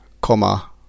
comma